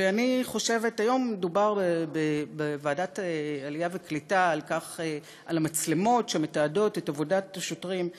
היום דובר בוועדת העלייה והקליטה על המצלמות שמתעדות את עבודת השוטרים.